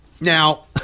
Now